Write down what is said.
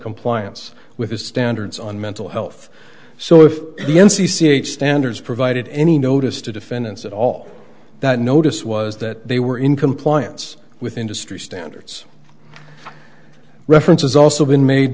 compliance with its standards on mental health so if the n c c h standards provided any notice to defendants at all that notice was that they were in compliance with industry standards references also been made